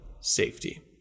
safety